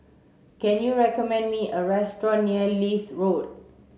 can you recommend me a restaurant near Leith Road